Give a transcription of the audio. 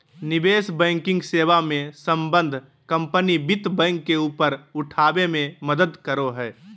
निवेश बैंकिंग सेवा मे सम्बद्ध कम्पनी वित्त बैंक के ऊपर उठाबे मे मदद करो हय